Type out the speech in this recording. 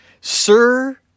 Sir